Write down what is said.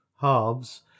halves